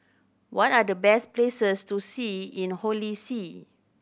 what are the best places to see in Holy See